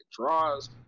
draws